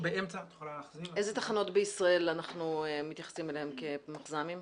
לאיזה תחנות בישראל אנחנו מתייחסים אליהן כמחז"מים?